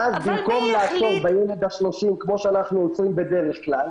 ואז במקום לעצור בילד ה-30 כמו שאנחנו עושים בדרך כלל